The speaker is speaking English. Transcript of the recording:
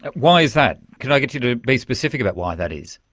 why is that? can i get you to be specific about why that is?